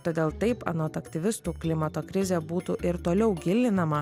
todėl taip anot aktyvistų klimato krizė būtų ir toliau gilinama